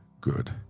good